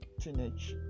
teenage